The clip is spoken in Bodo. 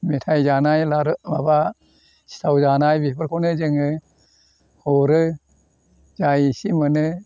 मेथाइ जानाय लारु माबा सिथाव जानाय बेफोरखौनो जोङो हरो जा एसे मोनो